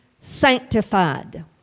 sanctified